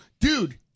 dude